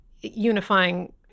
unifying